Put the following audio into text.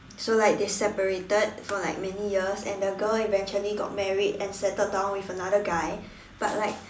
so like they separated for like many years and the girl eventually got married and settled down with another guy but like